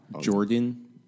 Jordan